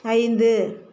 ஐந்து